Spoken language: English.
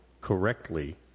correctly